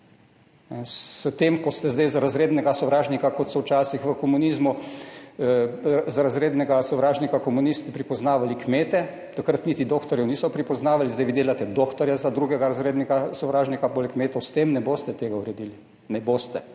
S tem, ko zdaj za razrednega sovražnika, kot so včasih v komunizmu za razrednega sovražnika komunisti pripoznavali kmete, takrat niti dohtarjev niso pripoznavali, zdaj vi delate dohtarja za drugega razrednega sovražnika, poleg kmetov, s tem ne boste tega uredili. Ne boste.